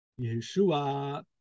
Yeshua